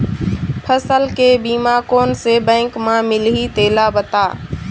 फसल के बीमा कोन से बैंक म मिलही तेला बता?